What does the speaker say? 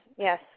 Yes